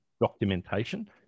documentation